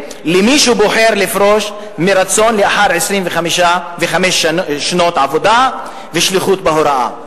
מי שבוחר לפרוש מרצון לאחר 25 שנות עבודה ושליחות בהוראה.